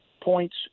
points